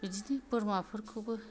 बिदिनो बोरमाफोरखौबो